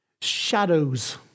shadows